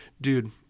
dude